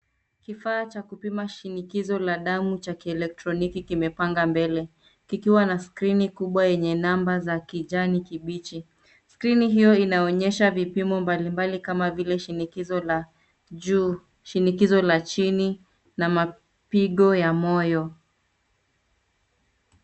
Kifaa cha kupima shinikizo la damu cha kielektroniki kimepanga mbele kikiwa na skrini kubwa yenye namba za kijani kibichi. Skrini hiyo inaonyesha vipimo mbalimbali kama vile shinikizo la juu, shinikizo la chini na mapigo ya moyo.